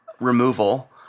removal